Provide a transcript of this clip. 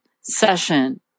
session